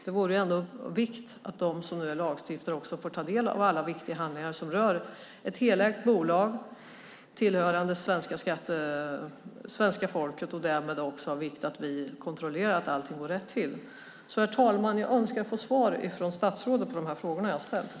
Det vore av vikt att de som är lagstiftare också får ta del av alla viktiga handlingar som rör ett helägt bolag tillhörande svenska folket. Därmed är det också av vikt att vi kontrollerar att allting går rätt till. Herr talman! Jag önskar få svar från statsrådet på de frågor som jag har ställt.